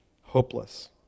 Hopeless